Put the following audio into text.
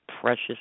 precious